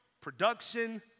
production